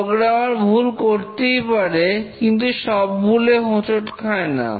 programmer ভুল করতেই পারে কিন্তু সব ভুলে হোঁচট খায় না